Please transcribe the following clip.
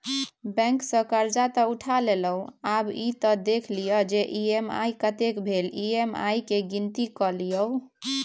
bank सँ करजा तँ उठा लेलहुँ आब ई त देखि लिअ जे ई.एम.आई कतेक भेल ई.एम.आई केर गिनती कए लियौ